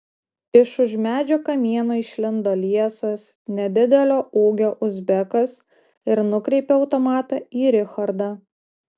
iš už medžio kamieno išlindo liesas nedidelio ūgio uzbekas ir nukreipė automatą į richardą